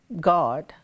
God